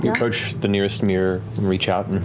you approach the nearest mirror and reach out and